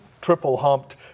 triple-humped